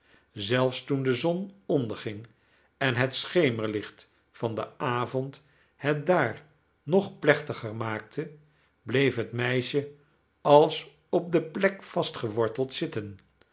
zelfs toen de zon onderging en het schemerlicht van den avond het daar nog plechtiger maakte bleef het meisje als op de plek vastgeworteld zitten